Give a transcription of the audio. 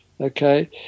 okay